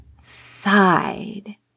side